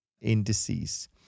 indices